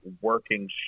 working